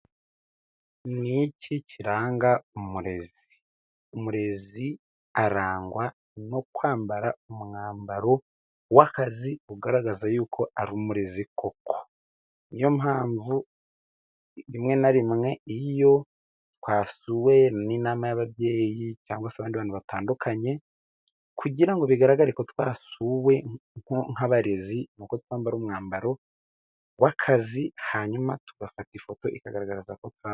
Ni iki kiranga umurezi ? Umurezi arangwa no kwambara umwambaro w'akazi ugaragaza y'uko ari umurezi koko, n'iyo mpamvu rimwe na rimwe iyo twasuwe n'inama y'ababyeyi cyangwa se abandi abantu batandukanye, kugira ngo bigaragareko twasuwe nk'abarezi n'uko twambara umwambaro w'akazi, hanyuma tugafata ifoto ikagaragazako twa....